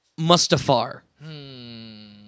Mustafar